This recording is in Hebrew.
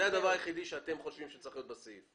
זה הדבר היחידי שאתם חושבים שצריך להיות בסעיף.